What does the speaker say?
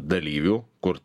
dalyvių kur